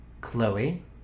Chloe